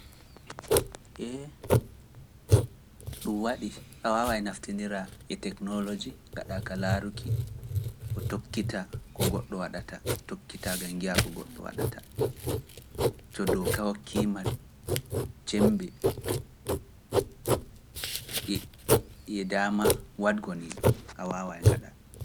Ee! ɗum waɗi a waawaay naftinira e teknoloji gaɗa ka laaruki, ko tokkita ko goɗɗo waɗata, tokkita gam ngiya ko goɗɗo waɗata, to dooka hokkiima cembe e daama waɗgo nii, a waawaay ngaɗa.